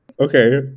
Okay